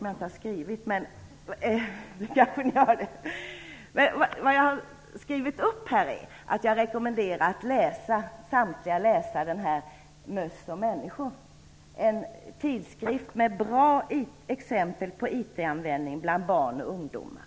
Jag rekommenderar er samtliga att läsa tidskriften Möss och människor. Där tar man upp bra exempel på IT-användning bland barn och ungdomar.